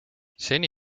seni